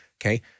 Okay